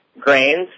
grains